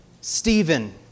Stephen